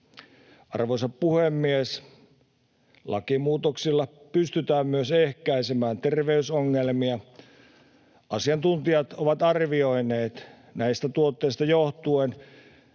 Arvoisa puhemies! Lakimuutoksilla pystytään myös ehkäisemään terveysongelmia. Asiantuntijat ovat arvioineet näistä tuotteista johtuen,